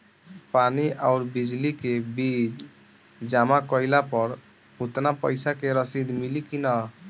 पानी आउरबिजली के बिल जमा कईला पर उतना पईसा के रसिद मिली की न?